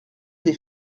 des